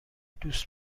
دوست